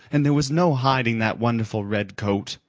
and there was no hiding that wonderful red coat.